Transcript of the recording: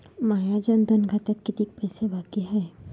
माया जनधन खात्यात कितीक पैसे बाकी हाय?